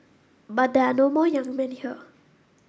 but there are no more young men here